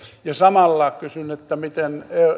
samalla kysyn miten